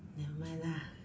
nevermind lah